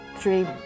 dream